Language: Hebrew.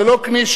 זה לא קנישס.